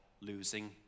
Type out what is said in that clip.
losing